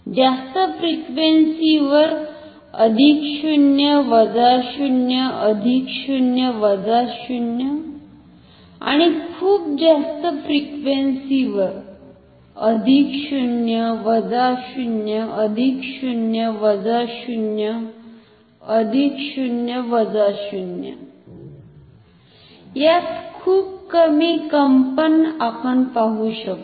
जास्त फ्रिक्वेन्सी वर अधिक 0 वजा 0अधिक 0 वजा 0आणि खुप जास्त फ्रिक्वेन्सी वर अधिक 0 वजा 0अधिक 0 वजा 0अधिक 0 वजा 0 यात खूप कमी कंपन आपण पाहू शकतो